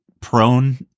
prone